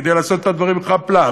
כי לעשות את הדברים חאפ-לאפ,